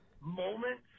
moments